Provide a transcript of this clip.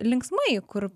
linksmai kur